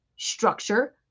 structure